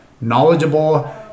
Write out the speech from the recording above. knowledgeable